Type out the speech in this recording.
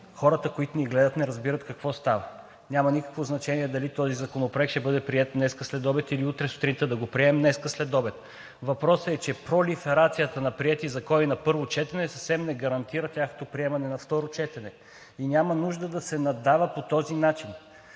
хората, които ни гледат, не разбират какво става. Няма никакво значение дали този законопроект ще бъде приет днес след обед или утре сутринта, да го приемем днес след обяд. Въпросът е, че пролиферацията на приети закони на първо четене, съвсем не гарантира тяхното приемане на второ четене и няма нужда да се наддава по този начин.